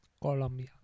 Colombia